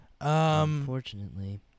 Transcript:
Unfortunately